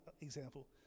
example